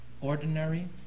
ordinary